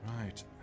Right